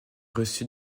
reçu